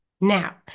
Now